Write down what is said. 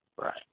Right